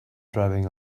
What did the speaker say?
driving